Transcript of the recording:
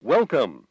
Welcome